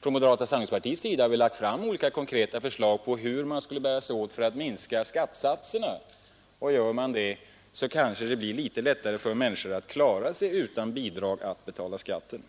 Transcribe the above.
Från moderata samlingspartiet har vi lagt fram olika konkreta förslag om hur man skall bära sig åt för att minska skattesatserna, och gör man det så blir det kanske litet lättare för människorna att klara sig utan bidrag för att betala skatten.